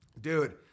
dude